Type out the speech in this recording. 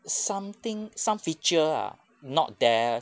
something some feature ah not there